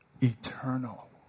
eternal